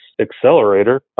accelerator